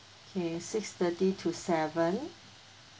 okay six thirty to seven